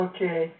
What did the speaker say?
Okay